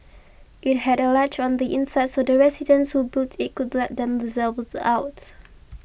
it had a latch on the inside so the residents who built it could let themselves out